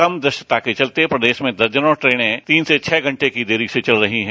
कम दृश्यता के चलते प्रदेश में दर्जनों ट्रेने तीन से छह घंटे की देरी से चल रही है